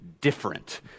different